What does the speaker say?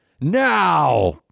now